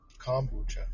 kombucha